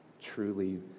truly